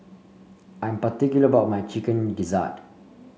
I'm particular about my Chicken Gizzard